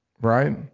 Right